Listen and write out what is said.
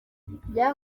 bya